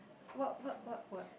what what what what